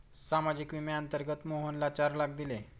सामाजिक विम्याअंतर्गत मोहनला चार लाख दिले